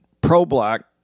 pro-black